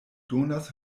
donas